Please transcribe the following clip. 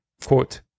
Quote